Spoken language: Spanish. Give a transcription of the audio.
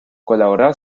colaborar